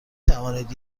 توانید